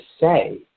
say